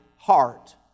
Heart